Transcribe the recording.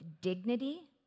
dignity